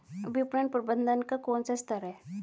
विपणन प्रबंधन का कौन सा स्तर है?